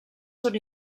són